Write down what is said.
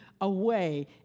away